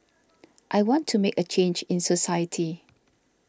I want to make a change in society